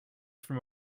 from